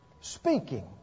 Speaking